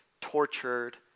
tortured